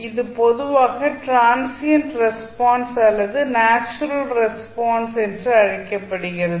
இது பொதுவாக transient response அல்லது நெச்சுரல் ரெஸ்பான்ஸ் என அழைக்கப்படுகிறது